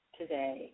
today